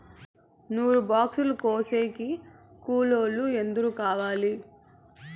నూరు బాక్సులు కోసేకి కూలోల్లు ఎందరు కావాలి?